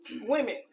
women